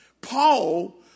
Paul